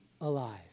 alive